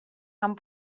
amb